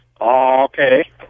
okay